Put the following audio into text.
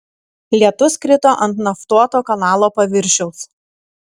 lietus krito ant naftuoto kanalo paviršiaus